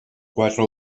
quatre